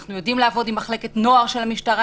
אנחנו יודעים לעבוד עם מחלקת נוער של המשטרה,